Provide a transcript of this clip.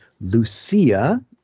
lucia